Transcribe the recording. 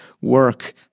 work